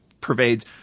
pervades